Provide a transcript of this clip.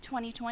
2020